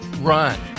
Run